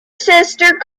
sister